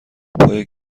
پای